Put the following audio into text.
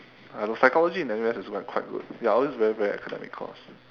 I don't know psychology in N_U_S is quite quite good ya all those very very academic course